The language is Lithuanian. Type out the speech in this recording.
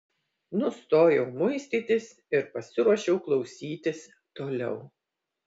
nustojau muistytis ir pasiruošiau klausytis toliau